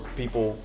people